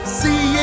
see